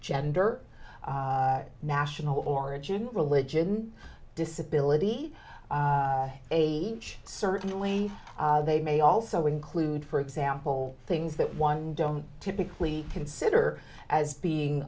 gender national origin religion disability age certainly they may also include for example things that one don't typically consider as being